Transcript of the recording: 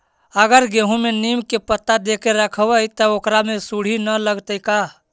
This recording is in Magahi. अगर गेहूं में नीम के पता देके यखबै त ओकरा में सुढि न लगतै का?